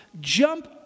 jump